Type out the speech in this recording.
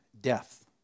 death